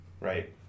right